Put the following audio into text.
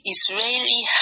Israeli